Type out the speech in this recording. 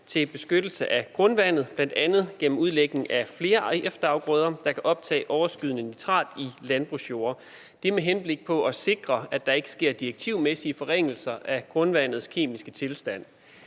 til beskyttelse af grundvandet, bl.a. gennem udlægning af flere efterafgrøder, der kan optage overskydende nitrat i landbrugsjorde. Det er med henblik på at sikre, at der ikke sker direktivmæssige forringelser af grundvandets kemiske tilstand.